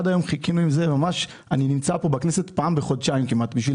אני נמצא פה בכנסת כמעט פעם בחודשיים, אני